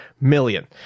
million